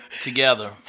Together